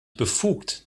befugt